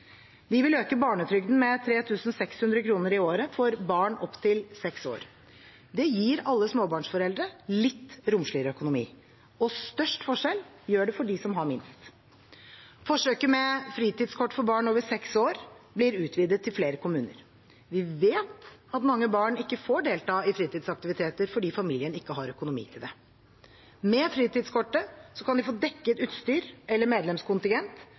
Vi vil øke barnetrygden med 3 600 kr i året for barn opp til seks år. Det gir alle småbarnsforeldre litt romsligere økonomi. Og størst forskjell gjør det for dem som har minst. Forsøket med fritidskort for barn over seks år blir utvidet til flere kommuner. Vi vet at mange barn ikke får delta i fritidsaktiviteter fordi familien ikke har økonomi til det. Med fritidskortet kan de få dekket utstyr eller medlemskontingent